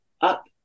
up